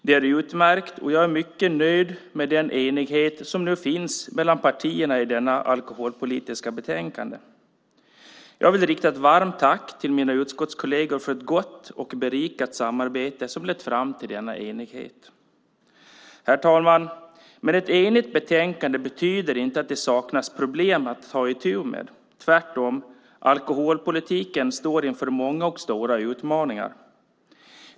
Det är utmärkt, och jag är mycket nöjd med den enighet som nu finns mellan partierna i detta alkoholpolitiska betänkande. Jag vill rikta ett varmt tack till mina utskottskolleger för ett gott och berikat samarbete som lett fram till denna enighet. Herr talman! Men ett enigt betänkande betyder inte att det saknas problem att ta itu med. Tvärtom står alkoholpolitiken inför många och stora utmaningar.